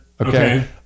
okay